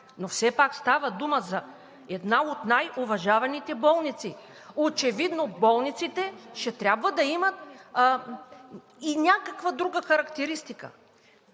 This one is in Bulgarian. Все пак става дума за една от най-уважаваните болници. Очевидно болниците ще трябва да имат и някаква друга характеристика.